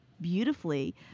beautifully